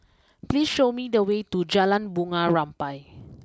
please show me the way to Jalan Bunga Rampai